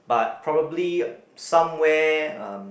but probably somewhere um